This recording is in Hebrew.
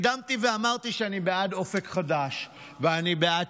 הקדמתי ואמרתי שאני בעד אופק חדש ואני בעד